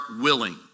willing